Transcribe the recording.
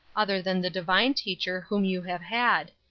other than the divine teacher whom you have had.